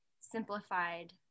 simplified